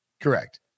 Correct